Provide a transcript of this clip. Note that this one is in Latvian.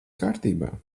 kārtībā